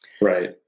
Right